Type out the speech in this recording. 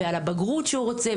ועל הבגרות שהוא רוצה,